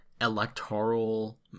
electoral